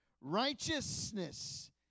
Righteousness